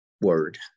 word